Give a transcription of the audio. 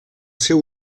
seu